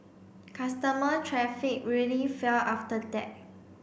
customer traffic really fell after that